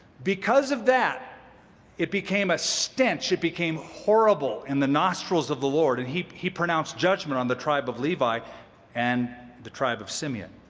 because of that it became a stench, it became horrible in the nostrils of the lord. and he he pronounced judgment on the tribe of levi and the tribe of simeon.